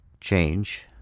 Change